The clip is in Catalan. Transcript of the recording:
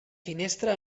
finestra